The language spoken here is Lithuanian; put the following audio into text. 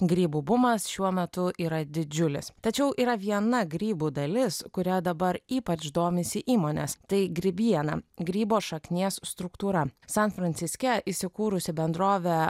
grybų bumas šiuo metu yra didžiulis tačiau yra viena grybų dalis kurią dabar ypač domisi įmonės tai grybiena grybo šaknies struktūra san franciske įsikūrusi bendrovė